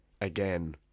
again